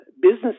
business